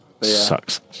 Sucks